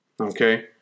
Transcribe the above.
Okay